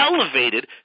elevated